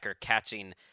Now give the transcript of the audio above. catching